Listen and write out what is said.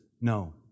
no